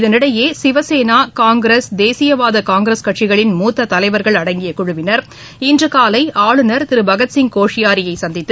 இதனிடையே சிவசேனா காங்கிரஸ் தேசியவாத காங்கிரஸ் கட்சிகளின் மூத்த தலைவர்கள் அடங்கிய குழுவினர் இன்று காலை ஆளுநர் திரு பகத்சிய் கோஷியாரியை சந்தித்து